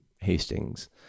Hastings